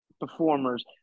performers